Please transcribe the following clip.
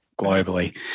globally